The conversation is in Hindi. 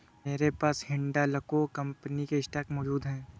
मेरे पास हिंडालको कंपनी के स्टॉक मौजूद है